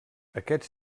aquests